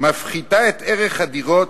מפחיתה את ערך הדירות,